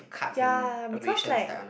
ya because like